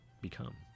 Become